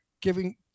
giving